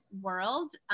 world